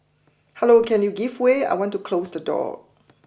hello can you give way I want to close the door